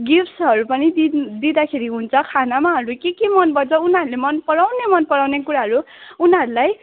गिफ्ट्सहरू पनि दिनु दिँदाखेरि हुन्छ खानामाहरू केके मनपर्छ उनीहरूले मनपराउने मनपराउने कुराहरू उनीहरूलाई